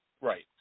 right